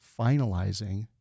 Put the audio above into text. finalizing